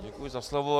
Děkuji za slovo.